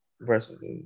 versus